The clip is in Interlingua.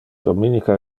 dominica